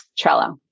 Trello